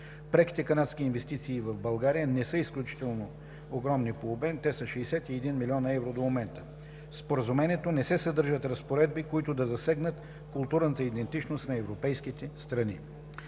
Преките канадски инвестиции в България не са изключително огромни обеми. Те са 61 млн. евро до момента. - В Споразумението не се съдържат разпоредби, които да засегнат културната идентичност на европейските страни.